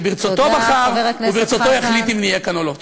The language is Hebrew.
שברצותו בחר וברצותו יחליט אם נהיה כאן או לא.